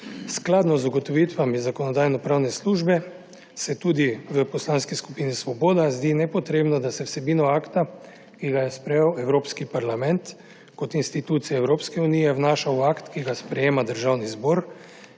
Skladno z ugotovitvami Zakonodajno-pravne službe se tudi v Poslanski skupini Svoboda zdi nepotrebno, da se vsebino akta, ki ga je sprejel Evropski parlament kot institucija Evropske unije, vnaša v akt, ki ga sprejema Državni zbor.